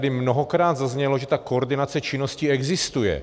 To tady mnohokrát zaznělo, že ta koordinace činnosti existuje.